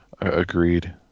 Agreed